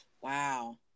Wow